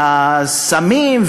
והסמים,